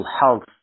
health